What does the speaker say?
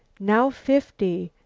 now fifty,